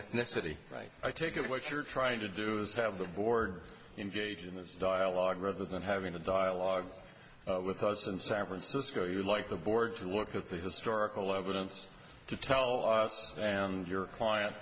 ethnicity right i take it what you're trying to do is have the board engage in this dialogue rather than having a dialogue with us in san francisco you like the board to look at the historical evidence to tell us and your client